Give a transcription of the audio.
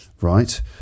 right